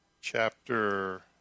chapter